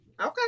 Okay